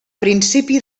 principi